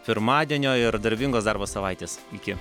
pirmadienio ir darbingos darbo savaitės iki